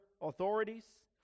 authorities